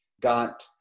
got